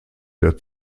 der